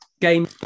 Game